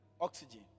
Oxygen